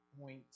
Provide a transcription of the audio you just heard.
point